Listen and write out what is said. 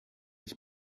ich